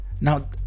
Now